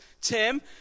Tim